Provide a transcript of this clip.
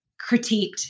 critiqued